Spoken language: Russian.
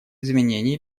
извинения